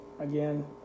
Again